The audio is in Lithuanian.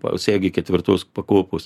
segi ketvirtos pakopos